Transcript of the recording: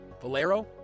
Valero